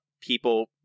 people